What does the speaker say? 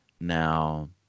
Now